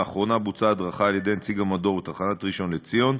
לאחרונה הייתה הדרכה על-ידי נציג המדור בתחנות ראשון-לציון,